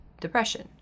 depression